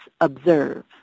observe